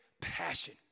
passion